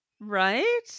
Right